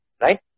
right